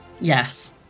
yes